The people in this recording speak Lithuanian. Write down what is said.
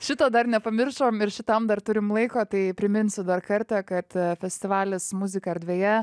šito dar nepamiršom ir šitam dar turim laiko tai priminsiu dar kartą kad festivalis muzika erdvėje